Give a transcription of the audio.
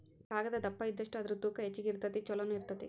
ಕಾಗದಾ ದಪ್ಪ ಇದ್ದಷ್ಟ ಅದರ ತೂಕಾ ಹೆಚಗಿ ಇರತತಿ ಚುಲೊನು ಇರತತಿ